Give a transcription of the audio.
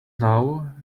now